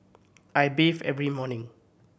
I bathe every morning